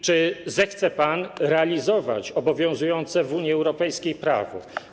Czy zechce pan realizować obowiązujące w Unii Europejskiej prawo?